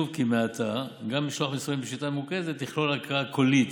כי מעתה גם משלוח מסרונים בשיטה המרוכזת יכלול הקראה קולית